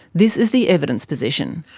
this is the evidence position.